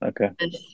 Okay